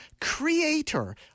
creator